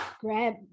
grab